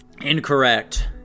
Incorrect